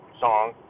song